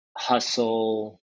hustle